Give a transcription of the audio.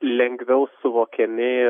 lengviau suvokiami